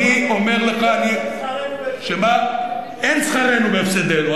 אני אומר לך, אין שכרנו בהפסדנו.